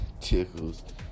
tickles